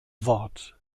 wort